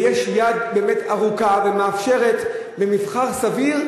ויש יד באמת ארוכה ומאפשרת למבחן סביר,